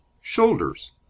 Shoulders